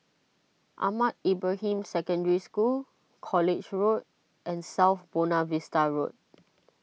Ahmad Ibrahim Secondary School College Road and South Buona Vista Road